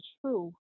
true